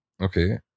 okay